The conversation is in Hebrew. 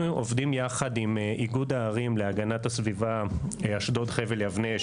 אנחנו עובדים יחד עם איגוד הערים להגנת הסביבה אשדוד חבל יבנה,